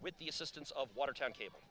with the assistance of watertown cable